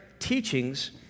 teachings